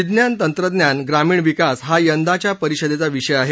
विज्ञान तंत्रज्ञानः ग्रामीण विकास हा यंदाच्या परिषदेचा विषय आहे